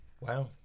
Wow